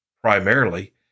primarily